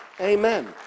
amen